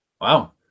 Wow